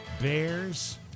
bears